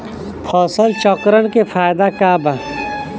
फसल चक्रण के फायदा का बा?